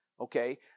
Okay